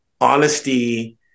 honesty